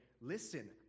listen